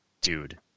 dude